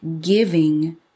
giving